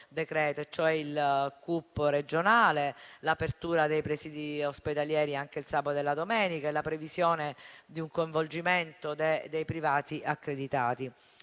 al CUP regionale, all'apertura dei presidi ospedalieri anche il sabato e la domenica e la previsione di un coinvolgimento dei privati accreditati.